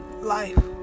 life